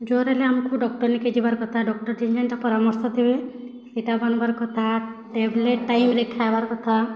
ଜ୍ୱର୍ ହେଲେ ଆମ୍କୁ ଡକ୍ଟର ନିକେ ଯିବାର୍ କଥା ଡକ୍ଟର୍ ଯେନ୍ ଯେନ୍ଟା ପରାମର୍ଶ ଦେବେ ସେଟା ମାନିବାର୍ କଥା ଟ୍ୟାବ୍ଲେଟ୍ ଟାଇମ୍ରେ ଖାଇବାର୍ କଥା